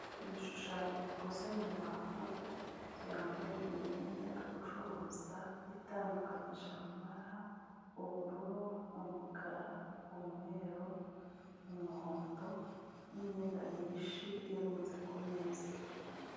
Ibishushanyo bikoze mu bantu byambaye imyenda yo gucuruza itandukanyije amabara, ubururu, umukara, umweru, umuhondo n'imyenda myinshi irunze kumeza.